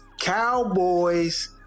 Cowboys